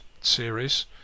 series